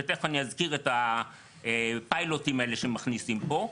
ותכף אני אזכיר את הפיילוטים האלה שמכניסים פה.